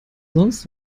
sonst